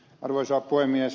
arvoisa puhemies